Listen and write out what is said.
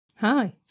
Hi